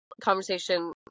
conversation